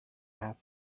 half